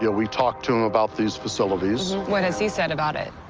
yeah we talked to him about these facilities. what has he said about it?